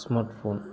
smartphone